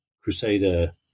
Crusader